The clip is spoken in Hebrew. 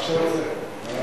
מה שאתה רוצה.